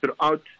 throughout